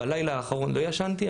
בלילה האחרון לא ישנתי,